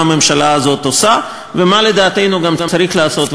מה הממשלה הזאת עושה ומה לדעתנו גם צריך לעשות,